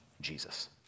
Jesus